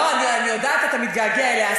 לא, אני יודעת, אתה מתגעגע אליה.